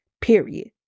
period